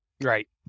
right